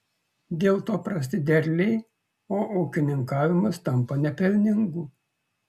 dėl to prasti derliai o ūkininkavimas tampa nepelningu